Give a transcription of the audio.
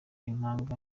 impanga